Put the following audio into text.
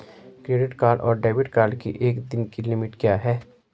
Credit card और debit card की एक दिन की लिमिट क्या है?